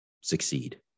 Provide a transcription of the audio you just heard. succeed